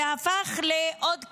זה הפך לעוד כלי,